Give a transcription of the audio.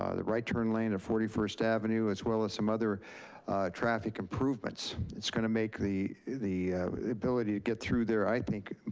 ah the right turn lane at forty first avenue, as well as some other traffic improvements. it's gonna make the the the ability to get through there, i think,